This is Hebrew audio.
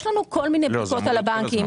יש לנו כל מיני בדיקות על הבנקים.